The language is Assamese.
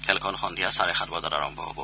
খেলখন সন্ধিয়া চাৰে সাত বজাত আৰম্ভ হ'ব